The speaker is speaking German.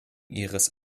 ihres